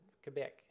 Quebec